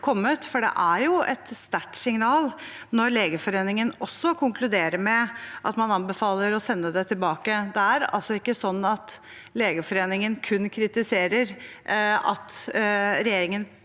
det er jo et sterkt signal når Legeforeningen også konkluderer med at man anbefaler å sende det tilbake. Det er altså ikke slik at Legeforeningen kun kritiserer at regjeringen